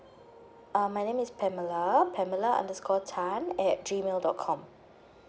uh my name is pamela pamala underscore tan at G mail dot com